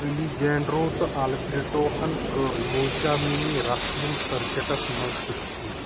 Alejandro تہٕ البرٛٹوہن کٔر لوچامِنی رسلِنٛگ سرکیٹس منٛز کُشتی